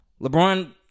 LeBron